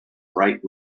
bright